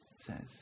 says